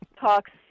talks